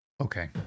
Okay